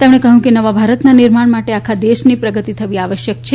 તેમણે કહયું કે નવા ભારતના નિર્માણ માટે આખા દેશની પ્રગતિ થવી આવશ્યક છે